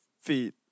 feet